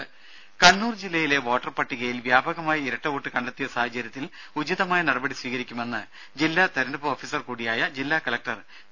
രുര കണ്ണൂർ ജില്ലയിലെ വോട്ടർ പട്ടികയിൽ വ്യാപകമായി ഇരട്ട വോട്ട് കണ്ടെത്തിയ സാഹചര്യത്തിൽ ഉചിതമായ നടപടി സ്വീകരിക്കുമെന്ന് ജില്ലാ തെരഞ്ഞെടുപ്പ് ഓഫീസർ കൂടിയായ ജില്ലാ കലക്ടർ ടി